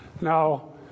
Now